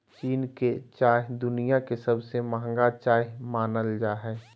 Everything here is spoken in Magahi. चीन के चाय दुनिया के सबसे महंगा चाय मानल जा हय